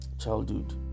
childhood